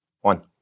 One